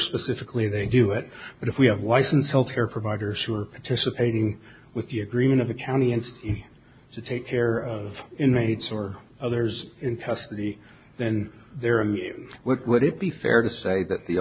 specifically they do it but if we have license health care providers who are participating with the agreement of the county and to take care of inmates or others in custody then there is what would it be fair to say that the